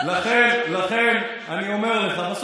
אני רוצה לרדת.